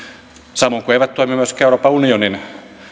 samoin kuin eivät toimi myöskään euroopan unionin